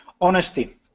Honesty